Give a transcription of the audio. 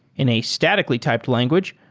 in a statically typed language,